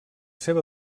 seva